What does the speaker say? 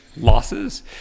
losses